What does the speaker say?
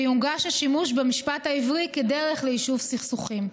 ויונגש השימוש במשפט העברי כדרך ליישוב סכסוכים.